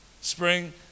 Spring